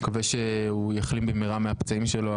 אני מקווה שהוא יחלים במהרה מהפצעים שלו.